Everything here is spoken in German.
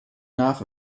nach